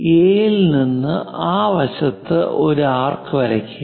A യിൽ നിന്ന് ആ വശത്ത് ഒരു ആർക്ക് വരയ്ക്കുക